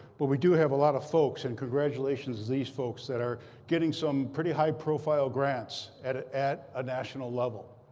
but we do have a lot of folks and congratulations to these folks that are getting some pretty high profile grants at ah at a national level.